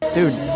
Dude